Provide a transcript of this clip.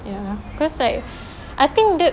ya cause like I think that's